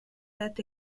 that